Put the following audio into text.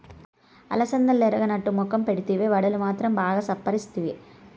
అలసందలెరగనట్టు మొఖం పెడితివే, వడలు మాత్రం బాగా చప్పరిస్తివి